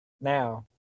now